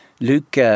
Luke